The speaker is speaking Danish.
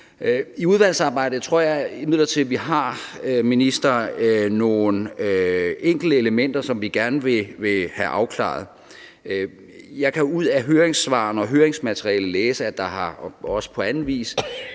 i udvalgsarbejdet har nogle enkelte elementer, som vi gerne vil have afklaret med ministeren. Jeg kan ud af høringssvarene og høringsmaterialet læse og har også på anden vis